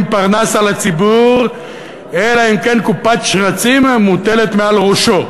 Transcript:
פרנס על הציבור אלא אם כן קופת שרצים מוטלת מעל ראשו.